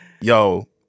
Yo